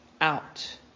out